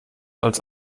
als